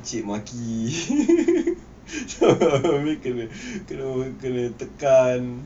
asyik maki kena kena tekan